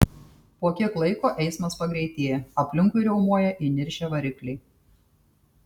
po kiek laiko eismas pagreitėja aplinkui riaumoja įniršę varikliai